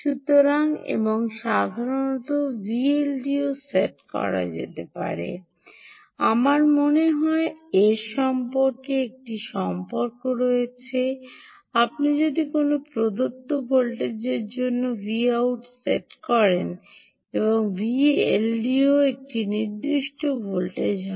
সুতরাং এবং সাধারণত Vldo সেট করা যেতে পারে আমার মনে হয় এর মধ্যে একটি সম্পর্ক রয়েছে আপনি যদি কোনও প্রদত্ত ভোল্টেজের জন্য Vout সেট করেন Vldo একটি নির্দিষ্ট ভোল্টেজ হবে